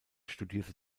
studierte